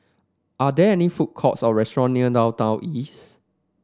are there any food courts or restaurant near Downtown East